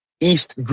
East